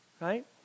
right